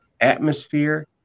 atmosphere